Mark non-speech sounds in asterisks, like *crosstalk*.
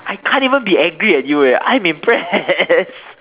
I can't even be angry at you eh I'm impressed *laughs*